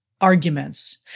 arguments